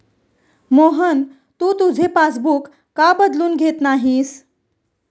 मोहन, तू तुझे पासबुक का बदलून घेत नाहीस?